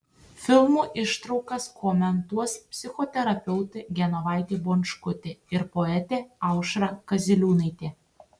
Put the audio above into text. filmų ištraukas komentuos psichoterapeutė genovaitė bončkutė ir poetė aušra kaziliūnaitė